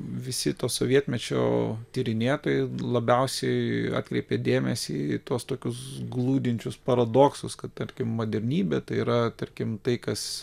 visi to sovietmečio tyrinėtojai labiausiai atkreipė dėmesį į tuos tokius glūdinčius paradoksus kad tarkim modernybė tai yra tarkim tai kas